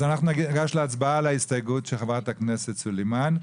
אז אנחנו ניגש להצבעה על ההסתייגות של חברת הכנסת סלימאן.